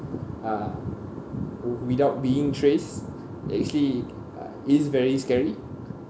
uh w~ without being trace actually uh it's very scary